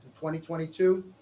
2022